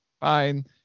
fine